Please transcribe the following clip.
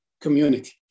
community